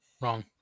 Wrong